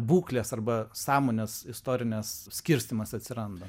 būklės arba sąmonės istorines skirstymas atsiranda